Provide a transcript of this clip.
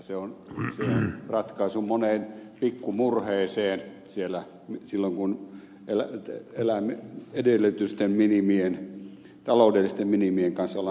se on ratkaisu moneen pikku murheeseen silloin kun elämän edellytysten taloudellisten minimien kanssa ollaan tekemisissä